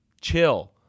Chill